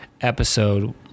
episode